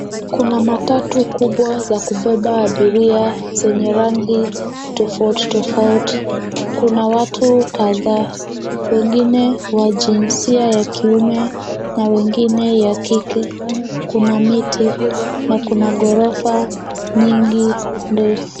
Kuna matatu kubwa za kubeba abiria zenye rangi tofauti tofauti. Kuna watu kadhaa, wengine wa jinsia ya kiume na wengine wa kike. Kuna miti na kuna ghorofa nyingi ndefu.